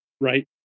Right